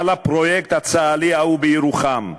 על הפרויקט הצה"לי ההוא בירוחם,